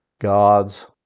god's